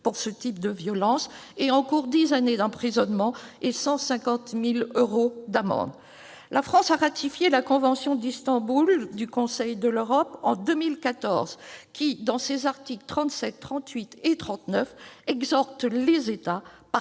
pour ce type de violences et encourent dix ans d'emprisonnement et 150 000 euros d'amende. La France a ratifié en 2014 la convention d'Istanbul du Conseil de l'Europe, laquelle, dans ses articles 37, 38 et 39, exhorte les États parties